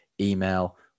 email